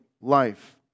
life